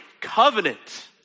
covenant